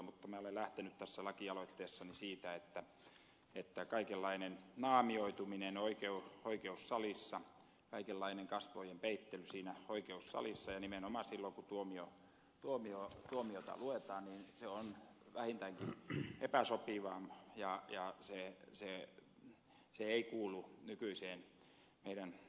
mutta minä olen lähtenyt tässä lakialoitteessani siitä että kaikenlainen naamioituminen oikeussalissa kaikenlainen kasvojen peittely siinä oikeussalissa ja nimenomaan silloin kun tuomiota luetaan on vähintäänkin epäsopivaa ja se ei kuulu meidän nykyiseen oikeusjärjestykseemme